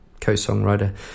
co-songwriter